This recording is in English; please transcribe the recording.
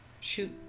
Shoot